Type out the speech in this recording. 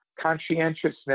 conscientiousness